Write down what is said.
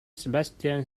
sebastian